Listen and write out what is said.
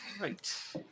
right